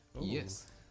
Yes